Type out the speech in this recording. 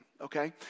okay